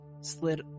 slid